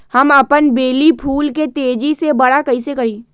हम अपन बेली फुल के तेज़ी से बरा कईसे करी?